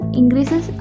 increases